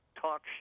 talk